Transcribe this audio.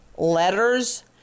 letters